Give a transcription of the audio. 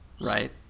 Right